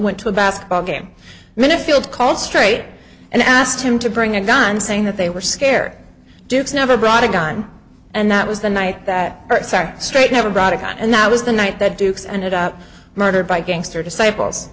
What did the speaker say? went to a basketball game minute field called straight and asked him to bring a gun saying that they were scared dupes never brought a gun and that was the night that exact straight never brought a gun and that was the night that dukes and it up murdered by gangster disciple